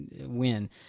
win